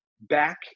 back